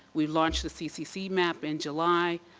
we launched the ccc map in july.